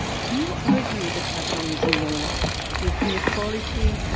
do you argue that capitalism moral with inequality,